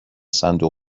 صندوق